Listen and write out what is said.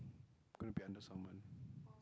gonna be under someone